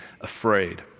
afraid